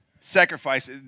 Sacrifice